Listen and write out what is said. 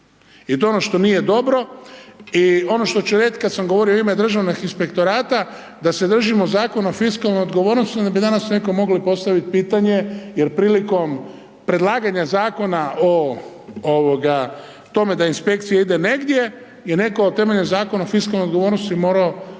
I to je ono što nije dobro. I ono što ću reći, kada sam govorio u ime državnih inspektorata, da se držimo Zakona o fiskalnoj odgovornosti, onda bi danas netko mogli postaviti pitanje, jer prilikom predlaganja zakona o tome da inspekcija ide negdje, je netko temeljem Zakona o fiskalnoj odgovornosti morao